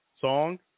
song